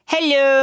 Hello